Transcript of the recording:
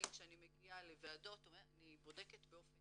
כשאני מגיעה לוועדות אני בודקת באופן